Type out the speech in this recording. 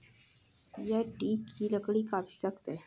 यह टीक की लकड़ी काफी सख्त है